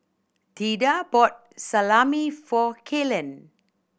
Theda bought Salami for Kaylen